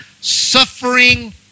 Suffering